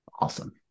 awesome